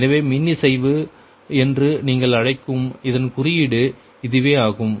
எனவே மின்னிசைவு என்று நீங்கள் அழைக்கும் இதன் குறியீடு இதுவே ஆகும்